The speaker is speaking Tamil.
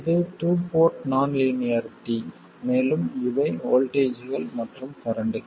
இது டூ போர்ட் நான் லீனியாரிட்டி மேலும் இவை வோல்ட்டேஜ்கள் மற்றும் கரண்ட்கள்